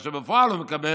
כאשר בפועל הוא מקבל